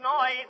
noise